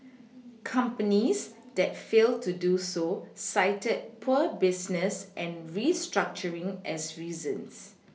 companies that failed to do so cited poor business and restructuring as reasons